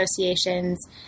associations